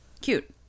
cute